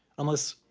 unless,